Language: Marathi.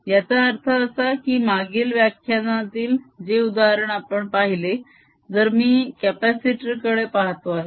याचा अर्थ असा की मागील व्याख्यानातील जे उदाहरण आपण पाहिले जर मी कप्यासिटर कडे बघतो आहे